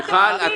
בדיוק הפוך.